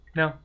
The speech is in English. no